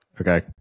okay